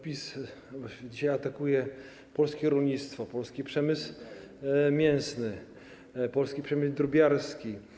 PiS dzisiaj atakuje polskie rolnictwo, polski przemysł mięsny, polski przemysł drobiarski.